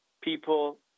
People